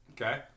Okay